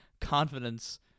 confidence